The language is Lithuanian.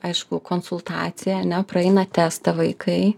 aišku konsultacija ane praeina testą vaikai